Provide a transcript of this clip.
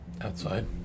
outside